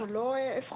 זה לא זכות,